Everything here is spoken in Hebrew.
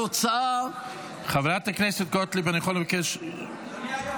התוצאה -- חברת הכנסת גוטליב, אני יכול לבקש שקט?